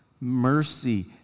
mercy